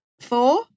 four